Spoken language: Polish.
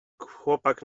chłopak